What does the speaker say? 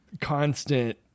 constant